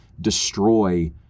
destroy